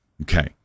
Okay